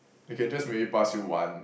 I can just maybe pass you one